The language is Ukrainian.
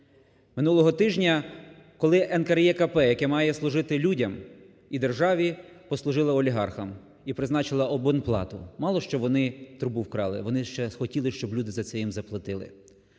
Минулого тижня, коли НКРЕКП, яке має служити людям і державі, послужило олігархам і призначила абонплату. Мало, що вони трубу вкрали, вони ще схотіли, щоб люди за це їм заплатили.